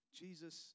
jesus